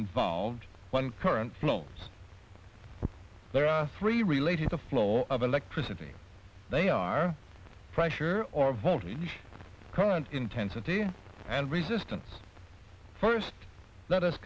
involved one current flow there are three related to flow of electricity they are pressure or voltage current intensity and resistance first let us